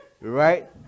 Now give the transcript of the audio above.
Right